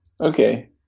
Okay